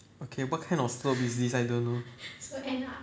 okay what kind of is this I don't know